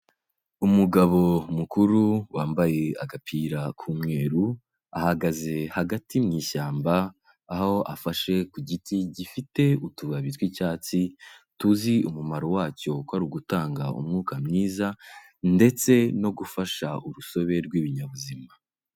Umugabo mukuru wambaye agapira k'umweru, ahagaze hagati mu ishyamba, aho afashe ku giti gifite utubabi tw'icyatsi, tuzi umumaro wacyo kwa ari ugutanga umwuka mwiza ndetse no gufasha urusobe rw'ibinyabuzima.